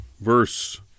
verse